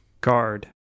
Guard